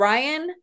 Ryan